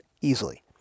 easily